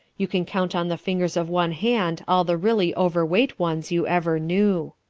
you can count on the fingers of one hand all the really overweight ones you ever knew.